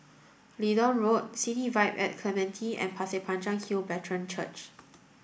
Leedon Road City Vibe at Clementi and Pasir Panjang Hill Brethren Church